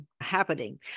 happening